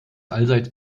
allseits